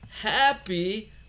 happy